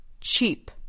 Cheap